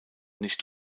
nicht